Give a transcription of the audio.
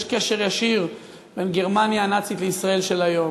קשר ישיר בין גרמניה הנאצית לישראל של היום.